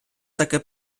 таки